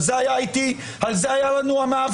על זה היה לנו המאבק.